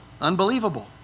unbelievable